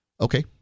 Okay